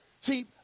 See